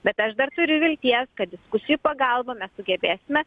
bet aš dar turi vilties kad diskusijų pagalba mes sugebėsime